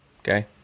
okay